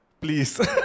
please